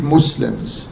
Muslims